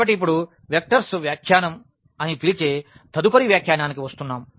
కాబట్టి ఇప్పుడు వెక్టర్స్ వ్యాఖ్యానం అని పిలిచే తదుపరి వ్యాఖ్యానానికి వస్తున్నాము